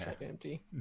empty